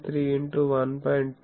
3 x 1